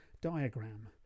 diagram